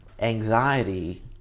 anxiety